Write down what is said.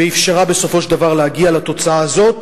והיא אפשרה בסופו של דבר להגיע לתוצאה הזאת,